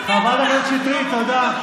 חברת הכנסת שטרית, תודה.